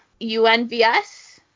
UNVS